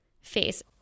face